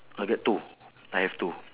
I got two I have two